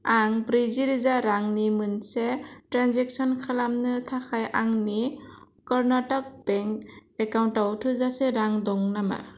आं ब्रैजि रोजा रांनि मोनसे ट्रेनजेक्शन खालामनो थाखाय आंनि कर्नाटक बेंक एकाउन्टाव थोजासे रां दं नामा